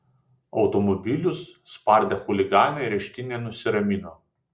automobilius spardę chuliganai areštinėje nusiramino